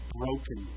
broken